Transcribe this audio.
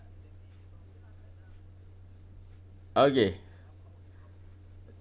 okay